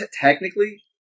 technically